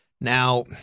Now